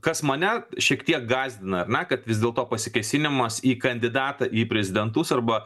kas mane šiek tiek gąsdina ar ne kad vis dėl to pasikėsinimas į kandidatą į prezidentus arba